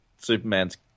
Superman's